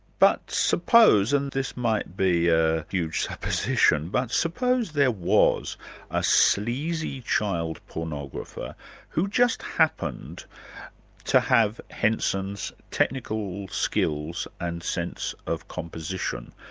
but suppose, and this might be a huge supposition, but suppose there was a sleazy child pornographer who just happened to have henson's technical skills and sense of composition.